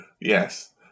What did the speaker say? Yes